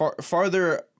farther